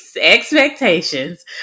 Expectations